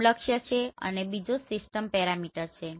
પ્રથમ લક્ષ્ય છે અને બીજો સિસ્ટમ પેરામીટર છે